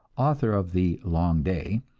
author of the long day,